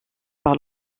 par